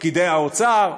פקידי האוצר,